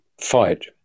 fight